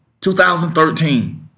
2013